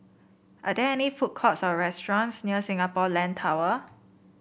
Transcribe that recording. are there any food courts or restaurants near Singapore Land Tower